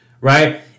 right